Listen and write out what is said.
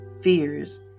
fears